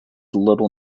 little